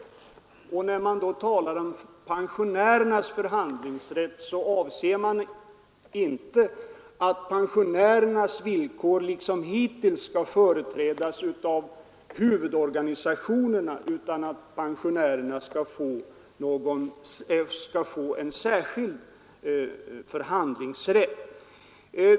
När man i det här sammanhanget talar om pensionärernas förhandlingsrätt avser man inte att pensionärerna liksom hittills skall företrädas av huvudorganisationerna utan att pensionärerna skall få en särskild förhandlingsrätt.